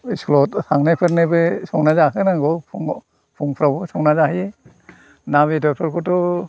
स्कुलाव थांनायफोरनोबो संना जाहोनांगौ फुङाव फुंफ्राव संना जाहोयो ना बेदरफोरखौथ'